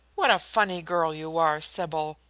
what a funny girl you are, sybil!